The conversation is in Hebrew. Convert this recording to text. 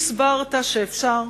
שהסברת שאפשר,